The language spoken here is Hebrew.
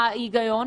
ההיגיון?